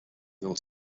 non